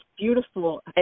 beautiful